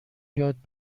یاد